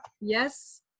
yes